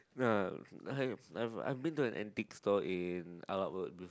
uh I've been to an antique store in Arab road before